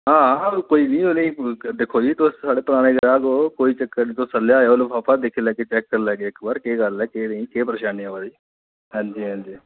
हां कोई नेईं उ'नें गी दिक्खो जी तुस साढ़े पराने ग्राह्क ओ कोई चक्कर नेईं तुस आएओ लफाफा दिक्खी लैह्गे चैक्क करी लैह्गे इक बार केह् गल्ल एह् केह् गल्ल नेईं कि परेशानी अबा दी हंजी हंजी